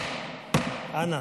אנא,